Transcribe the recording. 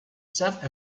serve